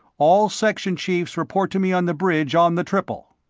all section chiefs report to me on the bridge on the triple.